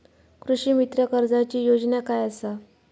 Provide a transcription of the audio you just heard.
कृषीमित्र कर्जाची योजना काय असा?